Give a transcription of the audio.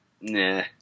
Nah